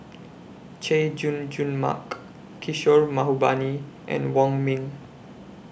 Chay Jung Jun Mark Kishore Mahbubani and Wong Ming